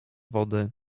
wody